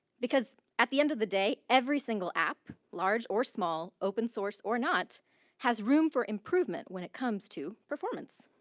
because at the end of the day every single app, large or small, open source, or not has room for improvement when it comes to performance.